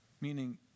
Meaning